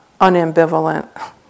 unambivalent